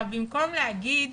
במקום להגיד